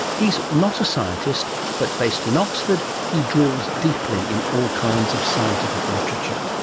he is not a scientist, but based in oxford he drills deeply in all kinds of scientific literature.